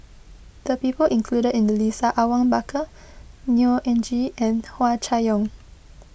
the people included in the list are Awang Bakar Neo Anngee and Hua Chai Yong